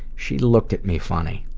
she looked at me funny.